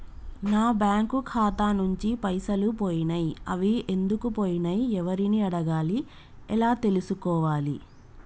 నా బ్యాంకు ఖాతా నుంచి పైసలు పోయినయ్ అవి ఎందుకు పోయినయ్ ఎవరిని అడగాలి ఎలా తెలుసుకోవాలి?